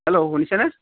hello শুনিছেনে